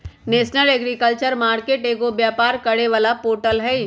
national agriculture market एगो व्यापार करे वाला पोर्टल हई